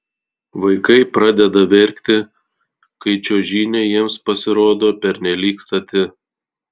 vaikai pradeda verkti kai čiuožynė jiems pasirodo pernelyg stati